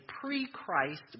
pre-Christ